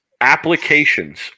applications